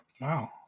Wow